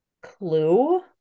clue